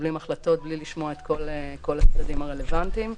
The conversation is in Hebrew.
מקבלים החלטות מבלי לשמוע את כל הצדדים הרלוונטיים.